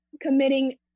committing